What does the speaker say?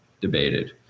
debated